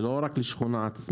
זה לא רק לשכונה עצמה.